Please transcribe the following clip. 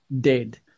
dead